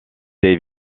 des